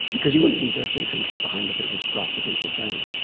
because you wouldn't leave the silicon chip behind if it was grafted into a brain.